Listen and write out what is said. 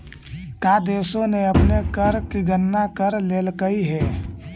का देशों ने अपने कर की गणना कर लेलकइ हे